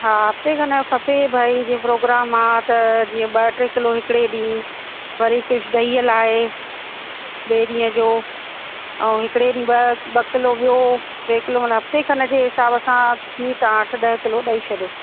हा हफ़्ते खनि जो खपे भई जीअं प्रोग्राम आहे त जीअं ॿ टे किलो हिकिड़े ॾींह वरी हिक ॾहीअ लाइ ॿिए ॾींह जो ऐं हिकिड़े ॾींह ॿ ॿ किलो ॿियो टे किलो मतिलबु हफ़्ते खनि जे हिसाब सां खीर तव्हां अठ ॾह किलो ॾेई छॾियो